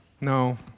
No